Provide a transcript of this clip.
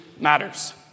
matters